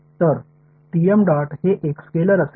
तर TM dot हे एक स्केलर असेल